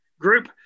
group